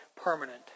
permanent